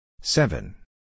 Seven